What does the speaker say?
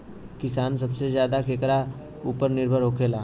किसान सबसे ज्यादा केकरा ऊपर निर्भर होखेला?